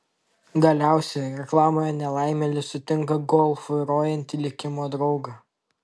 galiausiai reklamoje nelaimėlis sutinka golf vairuojantį likimo draugą